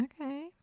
okay